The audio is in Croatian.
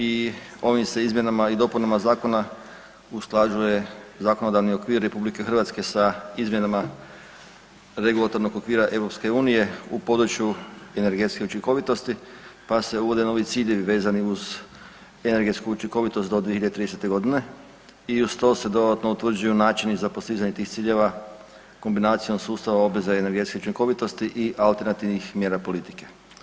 I ovim se izmjenama i dopunama zakona usklađuje zakonodavni okvir RH sa izmjenama regulatornog okvira EU u području energetske učinkovitosti, pa se uvode novi ciljevi vezani uz energetsku učinkovitost do 2030.g. i uz to se dodatno utvrđuju načini za postizanje tih ciljeva kombinacijom sustava obveza energetske učinkovitosti i alternativnih mjera politike.